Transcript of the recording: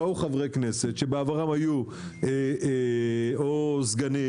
באו חברי כנסת שבעברם היו או סגנים,